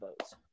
votes